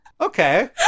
okay